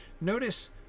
notice